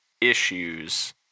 issues